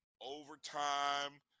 overtime